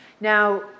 Now